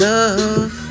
Love